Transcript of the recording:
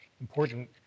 important